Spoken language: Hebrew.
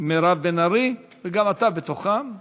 מירב בן ארי, וגם אתה בתוכם.